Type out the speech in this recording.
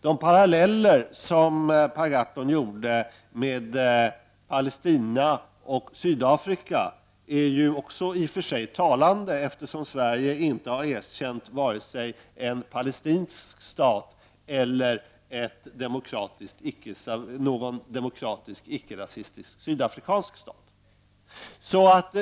De paralleller som Per Gahrton drog med Palestina och Sydafrika är också i och för sig talande, eftersom Sverige inte har erkänt vare sig en palestinsk stat eller någon demokratisk icke-rasistisk sydafrikansk stat.